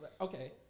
Okay